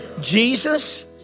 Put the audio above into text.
Jesus